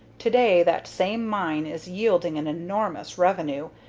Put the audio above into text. today that same mine is yielding an enormous revenue,